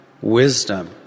wisdom